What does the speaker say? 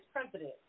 president